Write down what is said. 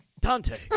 Dante